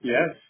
Yes